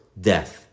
death